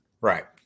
Right